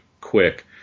quick